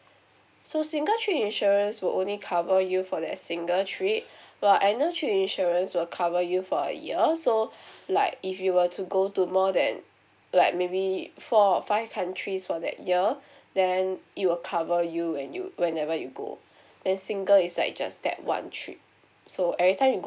so single trip insurance will only cover you for that single trip while annual trip insurance will cover you for a year so like if you were to go to more than like maybe four or five countries for that year then it will cover you when you whenever you go then single is like just that one trip so every time you